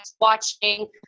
watching